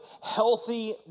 healthy